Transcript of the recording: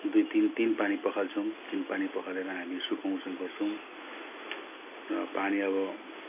दुई तिन तिन पानी पखाल्छौँ तिन पानी पखालेर हामी सुकाउछौँ गर्छौँ र पानी अब